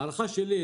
ההערכה שלי,